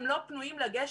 הם לא פנויים לגשת.